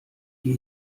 die